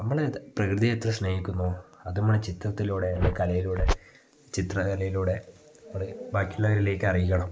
നമ്മൾ പ്രകൃതിയെ എത്ര സ്നേഹിക്കുന്നു അത് നമ്മൾ ചിത്രത്തിലൂടെ അല്ലേ കലയിലൂടെ ചിത്രകലയിലൂടെ നമ്മൾ ബാക്കി ഉള്ളവരിലേക്ക് അറിയിക്കണം